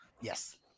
Yes